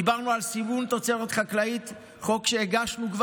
דיברנו על סימון תוצרת חקלאית, חוק שכבר הגשנו,